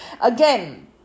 Again